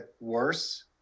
worse